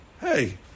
Hey